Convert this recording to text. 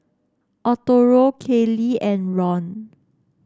Arturo Kaley and Ron